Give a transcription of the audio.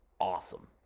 awesome